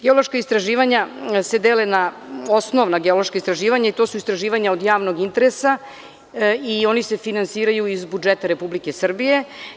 Geološka istraživanja se dele na osnovna geološka istraživanja i to su istraživanja od javnog interesa i oni se finansiraju iz budžeta Republike Srbije.